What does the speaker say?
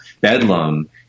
Bedlam